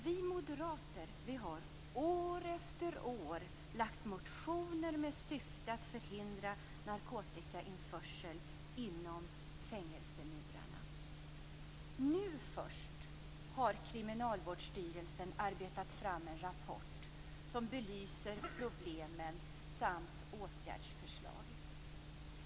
Vi moderater har år efter år väckt motioner med syfte att förhindra narkotikainförsel till fängelserna. Nu först har Kriminalvårdsstyrelsen arbetat fram en rapport som belyser problemen och innehåller åtgärdsförslag.